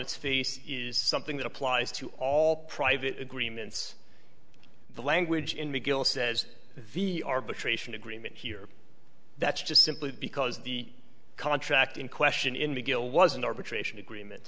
its face is something that applies to all private agreements the language in mcgill says v arbitration agreement here that's just simply because the contract in question in the gill was an arbitration agreement